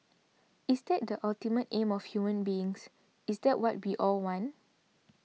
is that the ultimate aim of human beings is that what be all want